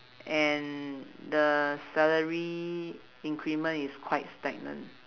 and the salary increment is quite stagnant